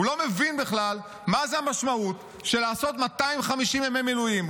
הוא לא מבין בכלל מה המשמעות של לעשות 250 ימי מילואים,